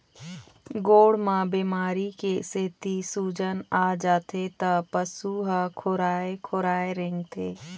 गोड़ म बेमारी के सेती सूजन आ जाथे त पशु ह खोराए खोराए रेंगथे